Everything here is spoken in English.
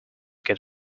get